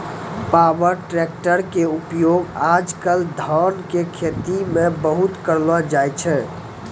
power tractor के उपयोग आज कल धान के खेती मॅ बहुत करलो जाय छै